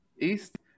East